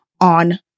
on